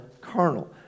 carnal